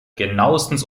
genauestens